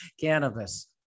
cannabis